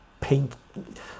paint